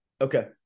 Okay